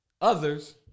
Others